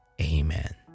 Amen